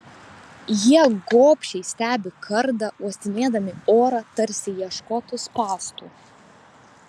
jie gobšiai stebi kardą uostinėdami orą tarsi ieškotų spąstų